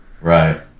Right